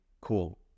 cool